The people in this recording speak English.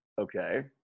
Okay